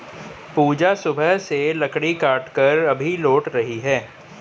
पूजा सुबह से लकड़ी काटकर अभी लौट रही है